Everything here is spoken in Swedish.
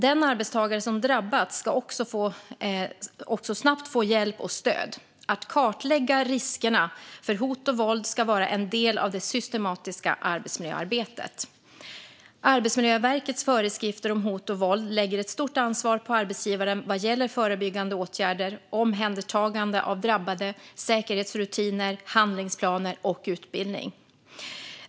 Den arbetstagare som drabbats ska också snabbt få hjälp och stöd. Att kartlägga riskerna för hot och våld ska vara en del av det systematiska arbetsmiljöarbetet. Arbetsmiljöverkets föreskrifter om hot och våld lägger ett stort ansvar på arbetsgivaren vad gäller förebyggande åtgärder, omhändertagande av drabbade, säkerhetsrutiner, handlingsplaner och utbildning.